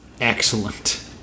Excellent